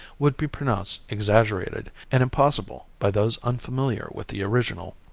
would be pronounced exaggerated and impossible by those unfamiliar with the original.